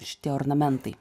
šitie ornamentai